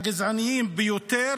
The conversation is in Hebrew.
הגזענים ביותר.